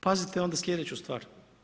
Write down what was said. Pazite onda sljedeću stvar.